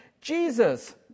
Jesus